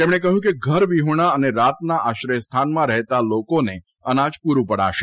તેમણે કહ્યું કે ઘરવિહોણા અને રાતના આશ્રયસ્થાનમાં રહેતા લોકોને અનાજ પુરૂં પડાશે